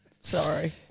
Sorry